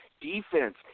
defense